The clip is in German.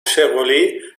chevrolet